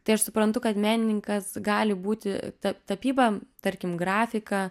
tai aš suprantu kad menininkas gali būti tapyba tarkim grafika